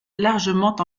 largement